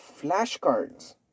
flashcards